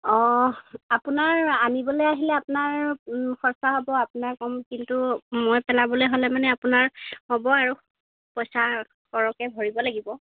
অঁ আপোনাৰ আনিবলৈ আহিলে আপোনাৰ খৰচা হ'ব আপোনাৰ কম কিন্তু মই পেলাবলৈ হ'লে মানে আপোনাৰ হ'ব আৰু পইচা সৰহকৈ ভৰিব লাগিব